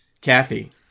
Kathy